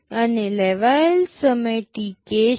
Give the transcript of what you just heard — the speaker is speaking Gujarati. અને લેવાયેલ સમય Tk છે